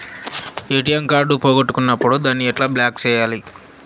ATM card పోగొట్టుకున్నప్పుడు దాన్ని ఎట్లా బ్లాక్ సేయాలి